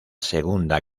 segunda